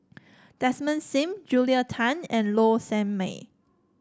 Desmond Sim Julia Tan and Low Sanmay